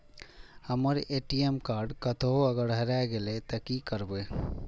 हमर ATM card कतहो अगर हेराय गले ते की करबे?